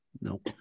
Nope